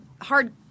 hard –